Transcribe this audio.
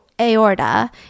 aorta